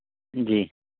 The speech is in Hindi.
जी